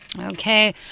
Okay